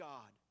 God